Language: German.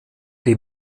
die